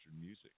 music